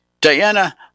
Diana